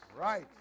right